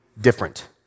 different